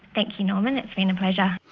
thank you norman, it's been a pleasure.